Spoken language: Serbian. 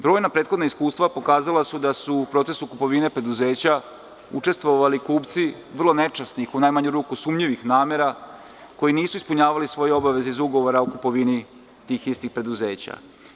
Brojna prethodna iskustva pokazala su da su u procesu kupovine preduzeća učestvovali kupci, vrlo nečasnih, u krajnju ruku sumnjivih namera koji nisu ispunjavali svoje obaveze iz ugovora o kupovini tih istih preduzeća.